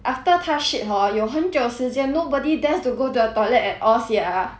after 她 shit hor 有很久时间 nobody dare to go the toilet at all sia